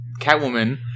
Catwoman